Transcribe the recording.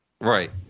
Right